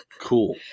cool